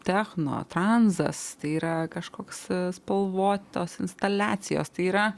techno tranzas tai yra kažkoks spalvotos instaliacijos tai yra